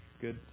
Good